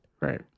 right